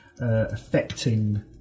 affecting